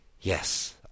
Yes